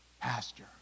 pasture